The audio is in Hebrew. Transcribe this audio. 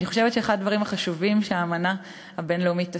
אני חושבת שאחד הדברים החשובים שהאמנה הבין-לאומית עשתה,